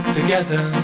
Together